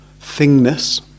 thingness